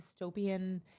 dystopian